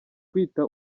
kwita